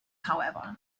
however